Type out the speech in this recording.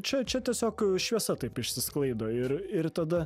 čia čia tiesiog šviesa taip išsisklaido ir ir tada